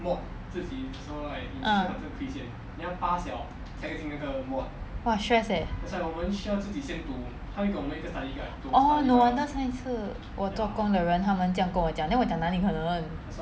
uh !wah! stress leh orh no wonder 上一次我做工的人他们这样跟我讲 then 我讲哪里可能